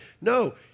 No